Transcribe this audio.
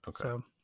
Okay